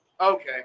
Okay